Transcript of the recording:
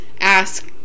ask